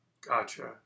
Gotcha